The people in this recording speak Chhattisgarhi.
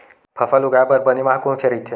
फसल उगाये बर बने माह कोन से राइथे?